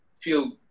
feel